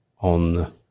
on